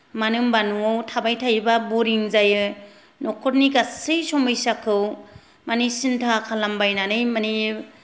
मानो होनबा नआव थाबाय थायोबा बरिं जायो नखरनि गासै समयसाखौ माने सिन्था खालामबायनानै माने